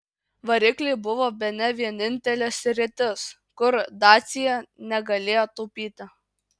varikliai buvo bene vienintelė sritis kur dacia negalėjo taupyti